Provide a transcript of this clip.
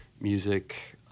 music